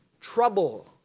trouble